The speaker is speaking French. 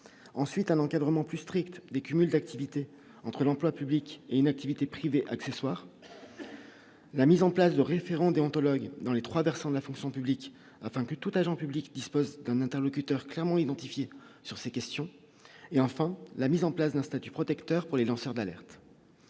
ensuite un encadrement plus strict des cumuls d'activité entre l'emploi public et une activité privée accessoires, la mise en place de référent déontologue dans les 3 versants de la fonction publique, afin que tout agent public dispose d'un interlocuteur clairement identifié sur ces questions, et enfin la mise en place d'un statut protecteur pour les lanceurs d'alerte,